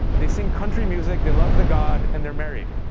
they sing country music. they love the god, and they're married.